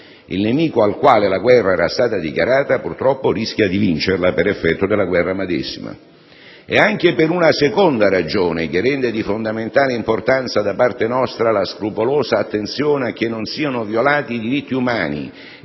Il nemico al quale la guerra era stata dichiarata, purtroppo, rischia di vincerla per effetto della guerra medesima. La guerra è sbagliata anche per una seconda ragione, che rende di fondamentale importanza, da parte nostra, la scrupolosa attenzione a che non siano violati i diritti umani,